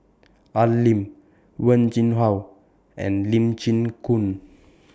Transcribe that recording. Al Lim Wen Jinhua and Lee Chin Koon